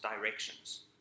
directions